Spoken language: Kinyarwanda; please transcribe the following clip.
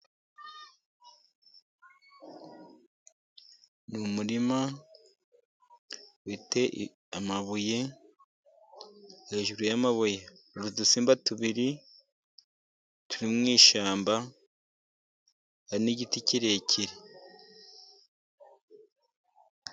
Umurima ufite amabuye hejuru yamabuye hari udusimba tubiri turi mwishyamba n'igiti kirekire.